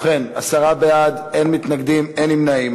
ובכן, עשרה בעד, אין מתנגדים ואין נמנעים.